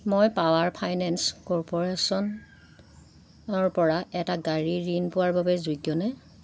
মই power finance কৰ্প'ৰেশ্যনৰপৰা এটা গাড়ীৰ ঋণ পোৱাৰ বাবে যোগ্যনে